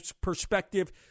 perspective